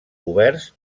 oberts